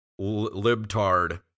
libtard